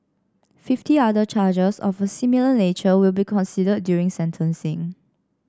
fifty other charges of a similar nature will be considered during sentencing